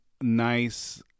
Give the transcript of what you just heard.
nice